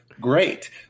great